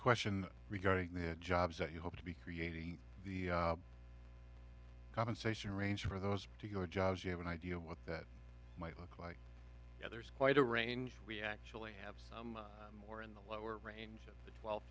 question regarding the jobs that you hope to be creating the compensation range for those to your jobs you have an idea of what that might look like yeah there's quite a range we actually have some more in the lower range of the twelve